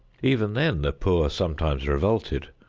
even then the poor sometimes revolted,